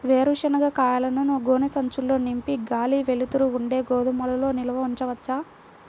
వేరుశనగ కాయలను గోనె సంచుల్లో నింపి గాలి, వెలుతురు ఉండే గోదాముల్లో నిల్వ ఉంచవచ్చా?